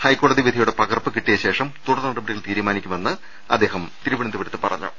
ഹൈക്കോടതി വിധി യുടെ പകർപ്പ് കിട്ടിയ ശേഷം തുടർ നടപടികൾ തീരുമാനിക്കുമെന്ന് അദ്ദേഹം തിരുവനന്തപുരത്ത് പറഞ്ഞു